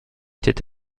était